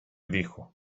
dijo